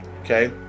Okay